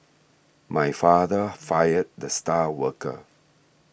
my father fired the star worker